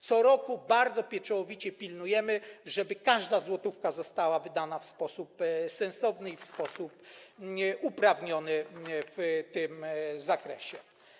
Co roku bardzo pieczołowicie pilnujemy, żeby każda złotówka została wydana w sposób sensowny i w sposób uprawniony w tym zakresie.